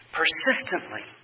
persistently